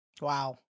Wow